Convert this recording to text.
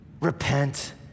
repent